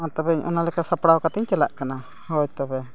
ᱢᱟ ᱛᱚᱵᱮ ᱤᱧ ᱚᱱᱟ ᱞᱮᱠᱟ ᱥᱟᱯᱲᱟᱣ ᱠᱟᱛᱮᱫ ᱤᱧ ᱪᱟᱞᱟᱜ ᱠᱟᱱᱟ ᱦᱳᱭ ᱛᱚᱵᱮ